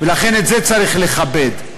לכן, את זה צריך לכבד.